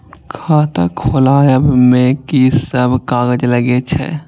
खाता खोलाअब में की सब कागज लगे छै?